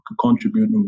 contribute